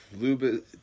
Lube